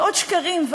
ועוד שקרים,